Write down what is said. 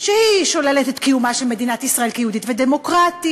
ששוללת את קיומה של מדינת ישראל כיהודית ודמוקרטית,